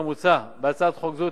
כמוצע בהצעת חוק זו,